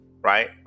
right